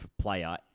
player